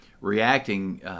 reacting